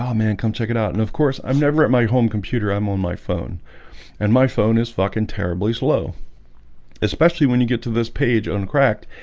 um man. come check it out, and of course i've never at my home computer i'm on my phone and my phone is fucking terribly slow especially when you get to this page on crack,